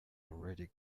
already